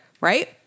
right